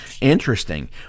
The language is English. Interesting